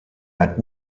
had